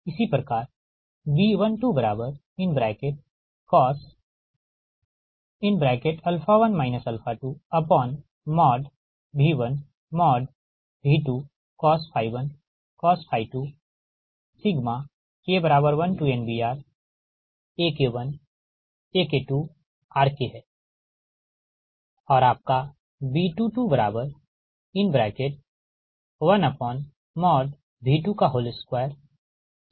इसी प्रकार B12 cos 1 2 V1V2cos 1cos 2 K1NBRAK1AK2RK है और आपका B221V222 K1NBRAK22RK है